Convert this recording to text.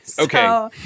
Okay